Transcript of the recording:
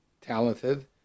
talented